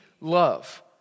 love